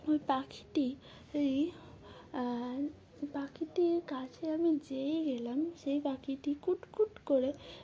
ওই পাখিটি এই পাখিটির কাছে আমি যেই গেলাম সেই পাখিটি কুটকুট করে